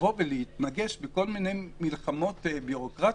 לבוא ולהתנגש בכל מיני מלחמות ביורוקרטיות,